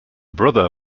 brother